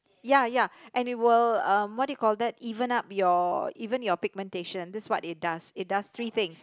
ya ya and it will uh what you call that even up your even your pigmentation that's what they does it does three things